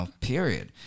period